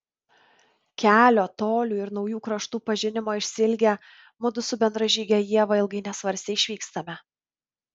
kelio tolių ir naujų kraštų pažinimo išsiilgę mudu su bendražyge ieva ilgai nesvarstę išvykstame